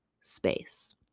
space